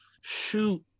shoot